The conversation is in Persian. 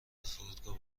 فرودگاه